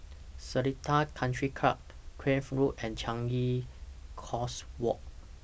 Seletar Country Club Craig Road and Changi Coast Walk